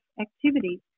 activities